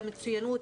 למצוינות,